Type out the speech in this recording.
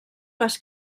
les